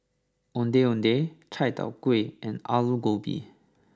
Ondeh Ondeh Chai Tow Kway and Aloo Gobi